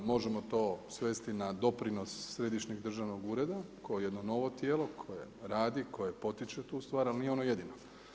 Možemo to svesti na doprinos Središnjeg državnog ureda koji je jedno novo tijelo koje radi, koje potiče tu stvar ali nije ono jedino.